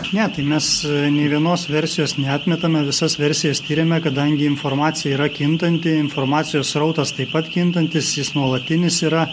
ne tai mes nė vienos versijos neatmetame visas versijas tiriame kadangi informacija yra kintanti informacijos srautas taip pat kintantis jis nuolatinis yra